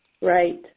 right